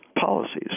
policies